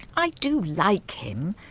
i do like him,